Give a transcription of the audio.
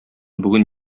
бүген